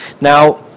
Now